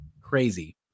Crazy